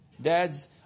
Dads